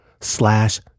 slash